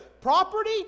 property